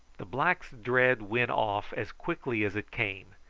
the black's dread went off as quickly as it came,